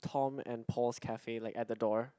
Tom and Paws cafe like at the door